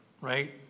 Right